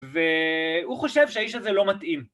והוא חושב שהאיש הזה לא מתאים.